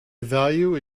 value